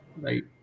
right